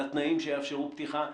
על התנאים שיאפשרו פתיחה,